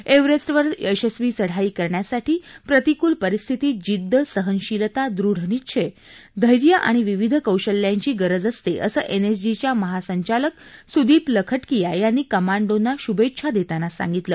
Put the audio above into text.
Everest वर यशस्वी चढाई करण्यासाठी प्रतिकूल परिस्थितीत जिद्द सहनशीलता दृढनिश्वय धैर्य आणि विविध कौशल्यांची गरज असते असं एनएसजीच्या महासंचालक सुदीप लखटकिया यांनी कमांडोना शुभेच्छा देताना सांगितलं